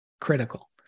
critical